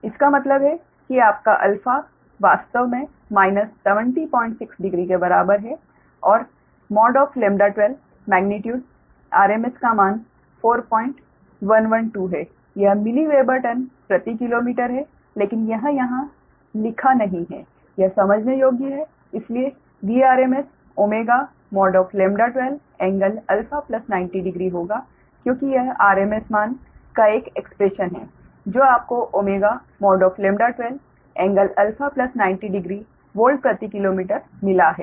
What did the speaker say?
इसका मतलब है कि आपका α वास्तव में माइनस 706 डिग्री के बराबर है और 12 मेग्नीट्यूड RMS का मान 4112 है यह मिलि वेबर टन प्रति किलोमीटर है लेकिन यह यहां लिखा नहीं है यह समझने योग्य है इसलिए Vrms ω 12 ∟α900 होगा क्योंकि यह RMS मान का एक एक्स्प्रेशन है जो आपको ω 12 ∟α900 वॉल्ट प्रति किलोमीटर मिला है